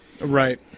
Right